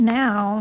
now